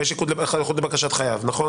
יש איחוד לבקשת נושה ויש איחוד לבקשת חייב, נכון?